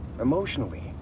Emotionally